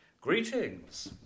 Greetings